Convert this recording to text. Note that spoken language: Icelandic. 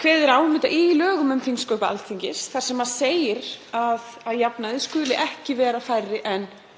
Kveðið er á um þetta í lögum um þingsköp Alþingis þar sem segir að að jafnaði skuli ekki vera færri en